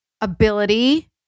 ability